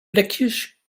blikjes